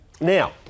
Now